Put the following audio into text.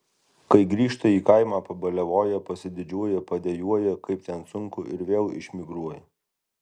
kai grįžta į kaimą pabaliavoja pasididžiuoja padejuoja kaip ten suku ir vėl išmigruoja